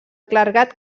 clergat